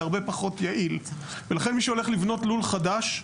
הרבה פחות יעיל ולכן מי שהולך לבנות לול חדש,